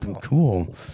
cool